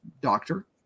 doctor